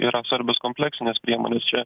yra ciarbios kompleksinės priemonės čia